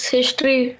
History